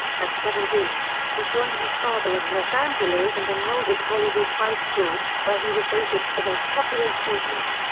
at seventeen, he joined his father in los angeles and enrolled at hollywood high school, where he was voted the most popular student.